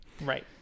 right